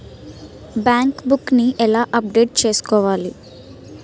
Bank book నీ ఎలా update చేసుకోవాలి?